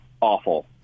awful